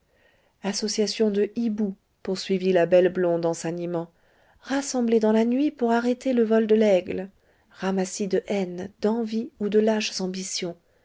association de hiboux poursuivit la belle blonde en s'animant rassemblés dans la nuit pour arrêter le vol de l'aigle ramassis de haines d'envies ou de